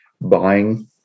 buying